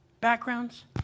backgrounds